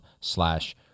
slash